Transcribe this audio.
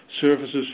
services